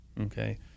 okay